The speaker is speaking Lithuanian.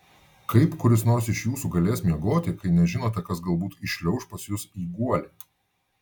kaip kuris nors iš jūsų galės miegoti kai nežinote kas galbūt įšliauš pas jus į guolį